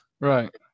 Right